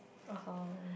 (uh huh)